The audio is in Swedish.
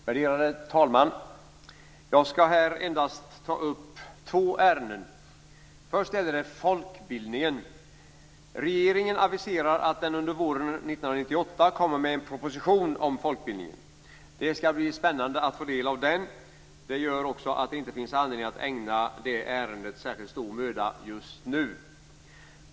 Värderade talman! Jag skall här endast ta upp två ärenden. Först gäller det folkbildningen. Regeringen aviserar att den under våren 1998 kommer med en proposition om folkbildningen. Det skall bli spännande att få del av den. Det gör också att det inte finns anledning att ägna det ärendet särskilt stor möda just nu.